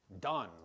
done